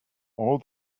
all